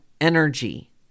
energy